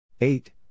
Eight